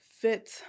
fit